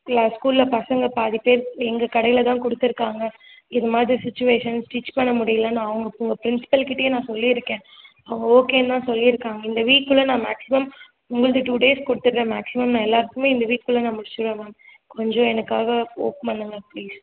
ஸ்கூலில் பசங்க பாதி பேர் எங்கள் கடையிலதான் கொடுத்துருக்காங்க இதுமாதிரி சுச்சுவேஷன் ஸ்டிச் பண்ண முடியிலன்னு அவங்க ப ப்ரின்ஸ்பள்கிட்டையே நான் சொல்லியிருக்கேன் அவங்க ஓகேன்னு தான் சொல்லியிருக்காங்க இந்த வீக்குள்ளே நான் மேக்ஸிமம் உங்களது டூ டேஸ் கொடுத்துட்றேன் மேக்ஸிமம் நான் எல்லாருக்குமே இந்த வீக்குள்ளே நான் முடிச்சிவிடுவேன் மேம் கொஞ்சம் எனக்காக ஹோப் பண்ணுங்கள் ப்ளீஸ்